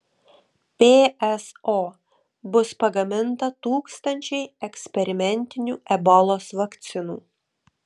pso bus pagaminta tūkstančiai eksperimentinių ebolos vakcinų